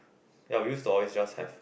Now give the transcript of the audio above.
ya we used to always just have